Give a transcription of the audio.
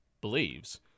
believes